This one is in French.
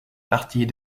partie